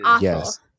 Yes